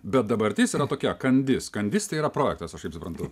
bet dabartis yra tokia kandis kandis tai yra projektas aš kaip suprantu